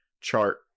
chart